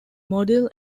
model